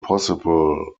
possible